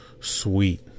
sweet